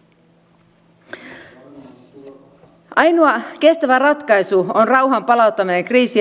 ongelmat olivat huomattavia viime vaalikaudella jolloin välikysymyksen esittäjät